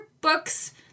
books